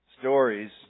stories